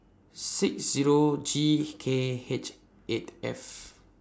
six Zero G K H eight F